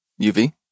UV